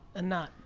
ah not.